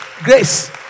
Grace